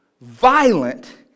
violent